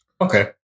Okay